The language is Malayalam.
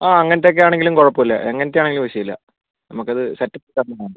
ആ അങ്ങനത്തെ ഒക്കെ ആണെങ്കിലും കുഴപ്പം ഇല്ല എങ്ങനത്തെ ആണെങ്കിലും വിഷയം ഇല്ല നമുക്ക് അത് സെറ്റപ്പാക്കി തന്നാൽമതി